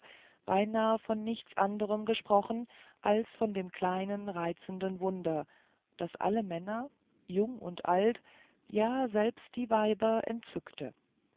beinahe von nichts anderm gesprochen als von dem kleinen reizen den wunder das alle männer jung und alt ja selbst die weiber entzücke